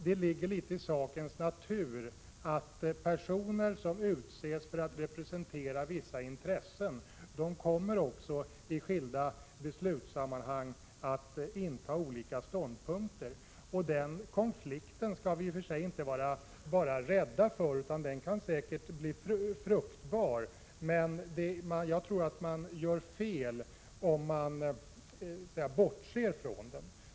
Det ligger i sakens natur att personer som utses för att representera vissa intressen också kommer att inta olika ståndpunkter då och då. Den konflikten skall vi i och för sig inte vara rädda för, utan den kan säkert bli fruktbar. Jag tror alltså att det är fel att bortse från den.